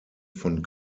von